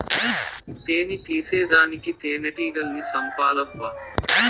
తేని తీసేదానికి తేనెటీగల్ని సంపాలబ్బా